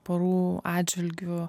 porų atžvilgiu